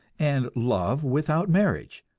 and love without marriage